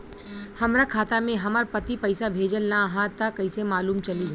हमरा खाता में हमर पति पइसा भेजल न ह त कइसे मालूम चलि?